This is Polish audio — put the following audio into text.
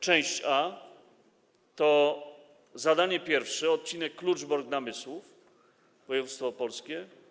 Część A to zadanie pierwsze, odcinek: Kluczbork -Namysłów, województwo opolskie.